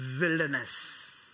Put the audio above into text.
wilderness